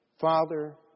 father